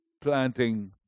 planting